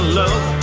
love